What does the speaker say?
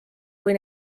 kui